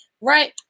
right